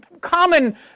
common